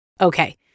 Okay